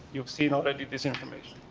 you have seen already this information.